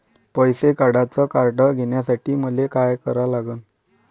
पैसा काढ्याचं कार्ड घेण्यासाठी मले काय करा लागन?